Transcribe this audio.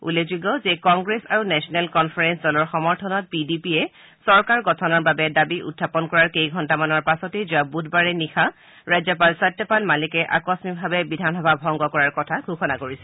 উল্লেখযোগ্য যে কংগ্ৰেছ আৰু নেচনেল কনফাৰেন্স দলৰ সমৰ্থনত পি ডি পিয়ে চৰকাৰ গঠনৰ বাবে দাবী উখাপন কৰাৰ কেইঘণ্টামান পাছতে যোৱা বুধবাৰে নিশা ৰাজ্যপাল সত্যপাল মালিকে আকস্মিকভাৱে বিধানসভা ভংগ কৰাৰ কথা ঘোষণা কৰিছিল